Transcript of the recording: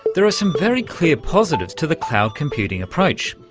there are some very clear positives to the cloud computing approach.